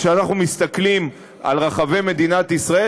כשאנחנו מסתכלים על רחבי מדינת ישראל,